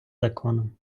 законом